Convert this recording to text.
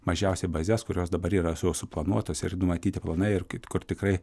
mažiausiai bazes kurios dabar yra su suplanuotos ir numatyti planai ir kad kur tikrai